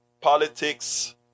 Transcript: politics